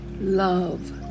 love